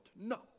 no